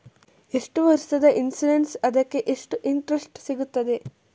ಎಷ್ಟು ವರ್ಷದ ಇನ್ಸೂರೆನ್ಸ್ ಅದಕ್ಕೆ ಎಷ್ಟು ಇಂಟ್ರೆಸ್ಟ್ ಸಿಗುತ್ತದೆ?